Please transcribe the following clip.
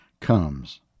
comes